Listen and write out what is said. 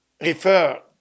Refer